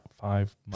five